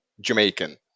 Jamaican